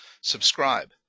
subscribe